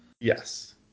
Yes